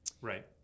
right